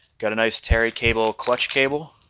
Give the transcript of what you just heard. got a nice tarry cable clutch cable